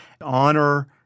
honor